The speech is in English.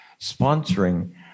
sponsoring